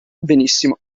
benissimo